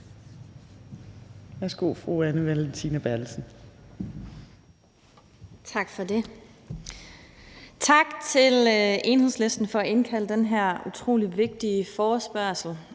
(Ordfører) Anne Valentina Berthelsen (SF): Tak for det. Tak til Enhedslisten for at indkalde til den her utrolig vigtige forespørgsel.